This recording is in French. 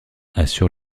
assure